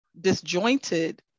disjointed